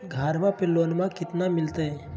घरबा पे लोनमा कतना मिलते?